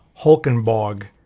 Hulkenborg